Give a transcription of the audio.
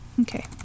okay